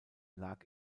lag